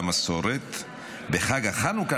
למסורת: בחג החנוכה,